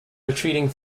retreating